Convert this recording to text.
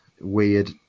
weird